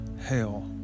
hell